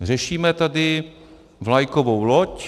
Řešíme tady vlajkovou loď...